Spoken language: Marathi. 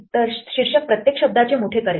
तर शीर्षक प्रत्येक शब्दाचे मोठे करेल